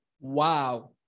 wow